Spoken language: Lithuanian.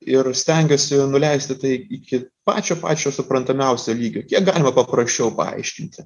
ir stengiuosi nuleisti tai iki pačio pačio suprantamiausia lygio kiek galima paprasčiau paaiškinti